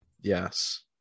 Yes